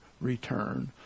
return